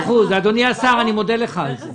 אדוני השר, אני מודה לך על זה.